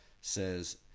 says